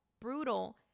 brutal